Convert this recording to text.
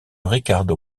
ricardo